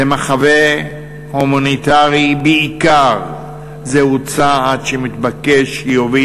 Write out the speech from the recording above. זו מחווה הומניטרית, בעיקר זה צעד מתבקש שיוביל